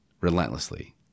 relentlessly